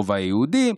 ברובע היהודי,